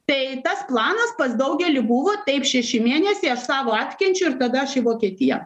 tai tas planas pas daugelį buvo taip šeši mėnesiai aš savo atkenčiu ir tada aš vokietiją